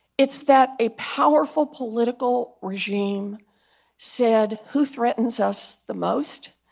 it's that a powerful political regime said, who threatens us the most?